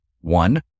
one